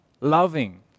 loving